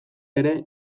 ere